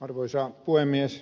arvoisa puhemies